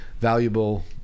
valuable